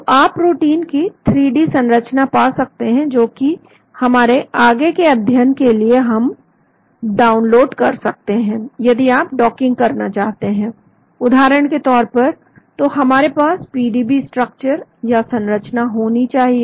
तो आप प्रोटीन की 3डी संरचना पा सकते हैं जो कि हमारे आगे के अध्ययन के लिए हम डाउनलोड कर सकते हैं यदि आप डॉकिंग करना चाहते हैं उदाहरण के तौर पर तो हमारे पास पीडीबी स्ट्रक्चर या संरचना होना चाहिए